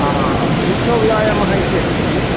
आ सूक्ष्मव्यायामः इत्यस्ति